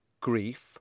grief